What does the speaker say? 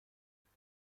نوچه